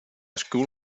school